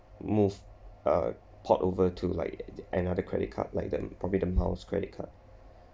move uh port over to like another credit card like that probably the miles credit card